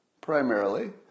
primarily